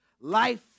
Life